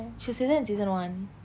she's said that in season one